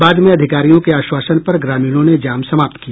बाद में अधिकारियों के आश्वासन पर ग्रामीणों ने जाम समाप्त किया